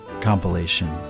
compilation